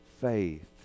faith